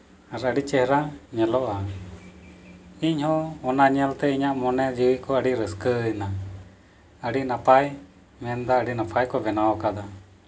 ᱟᱨ ᱟᱹᱰᱤ ᱪᱮᱦᱨᱟ ᱧᱮᱞᱚᱜᱼᱟ ᱤᱧᱦᱚᱸ ᱚᱱᱟ ᱧᱮᱞᱛᱮ ᱤᱧᱟᱹᱜ ᱢᱚᱱᱮ ᱡᱤᱣᱤ ᱠᱚ ᱨᱟᱹᱥᱠᱟᱹᱭᱮᱱᱟ ᱟᱹᱰᱤ ᱱᱟᱯᱟᱭ ᱢᱮᱱᱫᱚ ᱟᱹᱰᱤ ᱱᱟᱯᱟᱭ ᱠᱚ ᱵᱮᱱᱟᱣ ᱟᱠᱟᱫᱟ